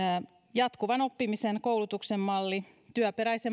jatkuvan oppimisen koulutuksen malli työperäisen